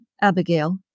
Abigail